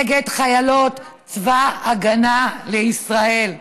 נגד חיילות צבא ההגנה לישראל.